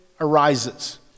arises